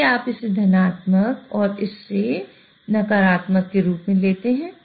इसलिए आप इसे धनात्मक और इससे नकारात्मक के रूप में लेते हैं